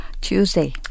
tuesday